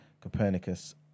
Copernicus